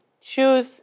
choose